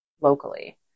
locally